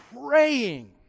praying